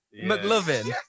McLovin